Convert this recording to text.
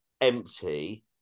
empty